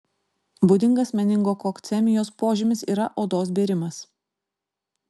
būdingas meningokokcemijos požymis yra odos bėrimas